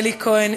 אלי כהן,